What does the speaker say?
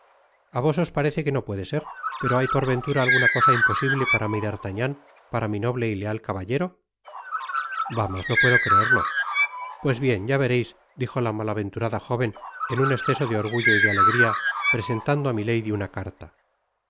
a vos os parece que no puede ser pero hay por ventura alguna cosa imposible para mi d'artagnan para mi noble y leal caballero vamos no puedo creerlo pues bien ya vereis dijo la malaventurada jóven en su esceso de orgullo y de alegria presentando á milady una carta